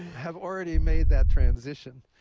have already made that transition.